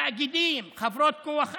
תאגידים, חברות כוח אדם,